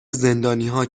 زندانیها